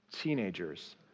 teenagers